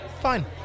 fine